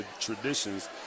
traditions